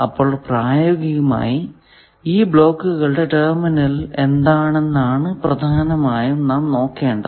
അപ്പോൾ പ്രായോഗികമായി ഈ ബ്ലോക്കുകളുടെ ടെർമിനൽ എന്താണെന്നാണ് പ്രധാനമായും നാം നോക്കേണ്ടത്